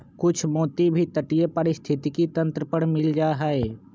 कुछ मोती भी तटीय पारिस्थितिक तंत्र पर मिल जा हई